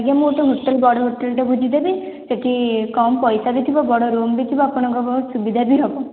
ଆଜ୍ଞା ମୁଁ ତ ହୋଟେଲ ବଡ଼ ହୋଟେଲ ଟେ ବୁଝିଦେବି ସେଇଠି କମ୍ ପଇସା ବି ଥିବ ବଡ଼ ରୁମ୍ ବି ଥିବ ଆପଣଙ୍କୁ ସୁବିଧା ବି ହେବ